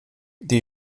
die